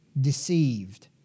deceived